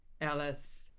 Alice